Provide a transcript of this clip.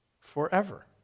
forever